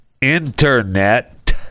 internet